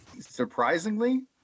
Surprisingly